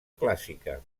clàssica